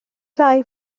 ddau